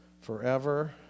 forever